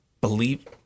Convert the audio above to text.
believe